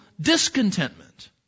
discontentment